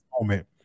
moment